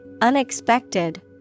unexpected